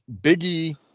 Biggie